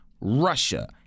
Russia